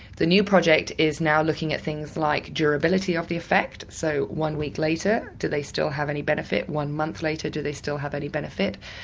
the new project is now looking at things like durability of the effect, so one week later, do they still have any benefit, one month later do they still have any benefit.